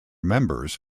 members